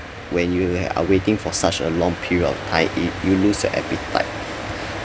when you had are waiting for such a long period of time it you lose your appetite